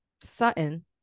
Sutton